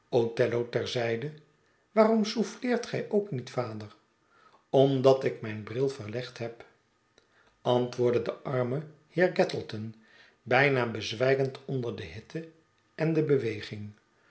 othello ter zijde waarom souffleert gij ook niet vader omdat ik mijn bril verlegd heb antwoordde de arme heer gattleton bijna bezwijkend onder de hitte en de beweging